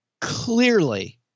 clearly